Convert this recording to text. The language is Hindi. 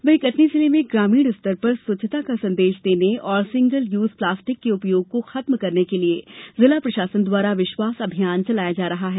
वहीं कटनी जिले में ग्रामीण स्तर पर स्वच्छता का संदेश देने और सिंगल यूज प्लास्टिक के उपयोग को खत्म करने के लिए जिला प्रशासन द्वारा विश्वास अभियान चलाया जा रहा है